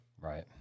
Right